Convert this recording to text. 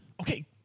Okay